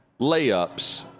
layups